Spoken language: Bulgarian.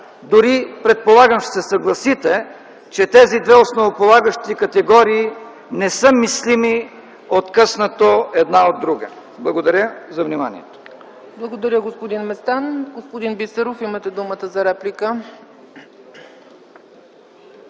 Дори предполагам, ще се съгласите, че тези две основополагащи категории не са мислими откъснато една от друга. Благодаря за вниманието.